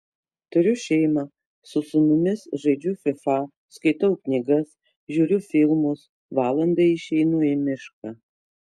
turiu šeimą su sūnumis žaidžiu fifa skaitau knygas žiūriu filmus valandai išeinu į mišką